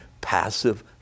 passive